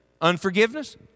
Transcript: Unforgiveness